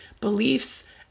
beliefs